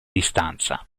distanza